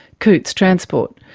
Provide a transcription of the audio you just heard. cootes transport,